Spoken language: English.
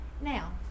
Now